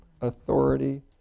authority